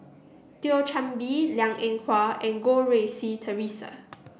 Thio Chan Bee Liang Eng Hwa and Goh Rui Si Theresa